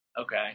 Okay